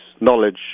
knowledge